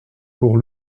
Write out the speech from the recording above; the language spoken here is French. pour